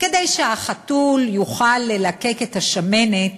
כדי שהחתול יוכל ללקק את השמנת